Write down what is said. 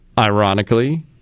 ironically